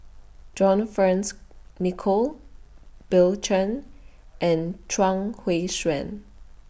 John Fearns Nicoll Bill Chen and Chuang Hui Tsuan